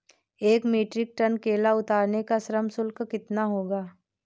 एक metric ton केला उतारने का श्रम शुल्क कितना होगा?